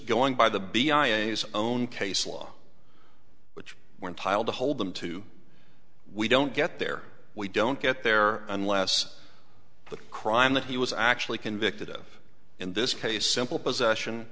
going by the b i use own case law which were entitled to hold them to we don't get there we don't get there unless the crime that he was actually convicted of in this case simple possession